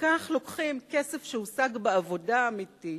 וכך לוקחים כסף שהושג בעבודה אמיתית,